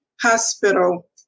hospital